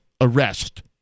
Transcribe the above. arrest